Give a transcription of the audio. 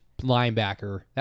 linebacker